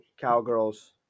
Cowgirls